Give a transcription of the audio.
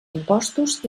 impostos